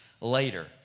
later